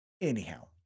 Anyhow